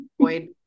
avoid